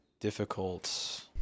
difficult